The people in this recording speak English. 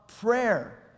prayer